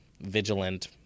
vigilant